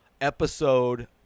episode